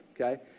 okay